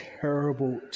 terrible